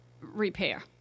Repair